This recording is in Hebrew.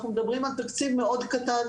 אנחנו מדברים על תקציב מאוד קטן,